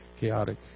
chaotic